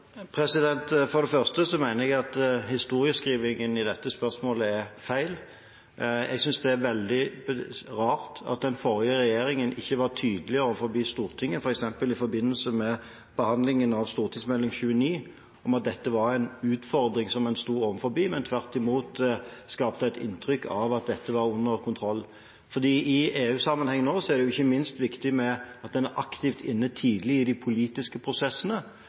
For det første mener jeg at historieskrivingen i dette spørsmålet er feil. Jeg synes det er veldig rart at den forrige regjeringen ikke var tydeligere overfor Stortinget, f.eks. i forbindelse med behandlingen av Meld. St. 29 for 2012–2013, om at dette var en utfordring som en stod overfor, men tvert imot skapte man et inntrykk av at dette var under kontroll. I EU-sammenheng er det nå ikke minst viktig at en er aktivt inne tidlig i de politiske prosessene.